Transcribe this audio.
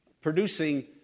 producing